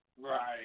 Right